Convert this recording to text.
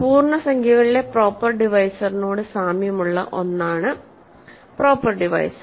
പൂർണ്ണസംഖ്യകളിലെ proper ഡിവൈസറിനോട് സാമ്യമുള്ള ഒന്നാണ് പ്രോപ്പർ ഡിവൈസർ